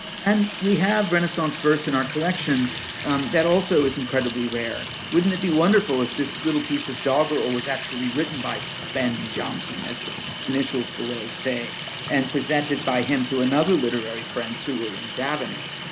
and we have renaissance verse in our collection that also is incredibly rare. wouldn't it be wonderful if this piece of doggerel was actually written by ben jonson as the initials below say and presented by him to another literary friend, sir william davenant?